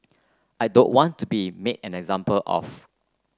I don't want to be made an example of